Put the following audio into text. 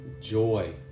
joy